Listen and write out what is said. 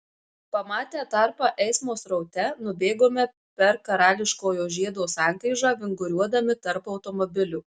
pamatę tarpą eismo sraute nubėgome per karališkojo žiedo sankryžą vinguriuodami tarp automobilių